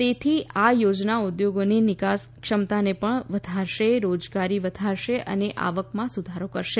તેથી આ યોજના ઉદ્યોગોની નિકાસ ક્ષમતાને પણ વધારશે રોજગારી વધારશે અને આવકમાં સુધારો કરશે